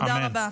תודה רבה.